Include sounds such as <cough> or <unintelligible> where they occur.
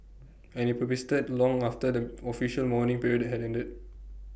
and IT <unintelligible> long after the official mourning period had ended